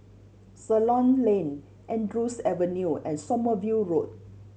Ceylon Lane Andrews Avenue and Sommerville Road